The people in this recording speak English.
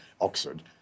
Oxford